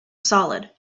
solid